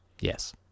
Yes